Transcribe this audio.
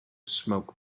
smoke